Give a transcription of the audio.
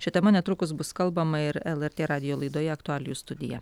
šia tema netrukus bus kalbama ir lrt radijo laidoje aktualijų studija